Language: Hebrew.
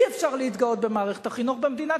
אי-אפשר להתגאות במערכת החינוך במדינת